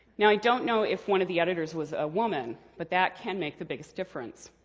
now, i don't know if one of the editors was a woman, but that can make the biggest difference.